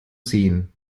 sehen